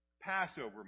Passover